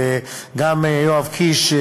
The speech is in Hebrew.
יואב קיש,